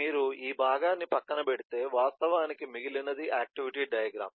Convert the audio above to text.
మీరు ఈ భాగాన్ని పక్కన పెడితే వాస్తవానికి మిగిలినది ఆక్టివిటీ డయాగ్రమ్